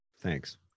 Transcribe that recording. thanks